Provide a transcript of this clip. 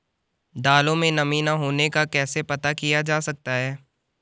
दालों में नमी न होने का कैसे पता किया जा सकता है?